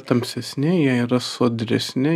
tamsesni jie yra sodresni